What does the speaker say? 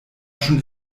schon